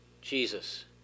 Jesus